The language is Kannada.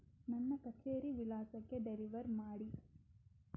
ನನ್ನ ಕಛೇರಿ ವಿಳಾಸಕ್ಕೆ ಡೆಲಿವರ್ ಮಾಡಿ